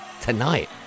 tonight